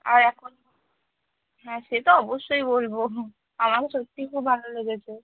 আর এখন হ্যাঁ সে তো অবশ্যই বলব আমারও সত্যিই খুব ভালো লেগেছে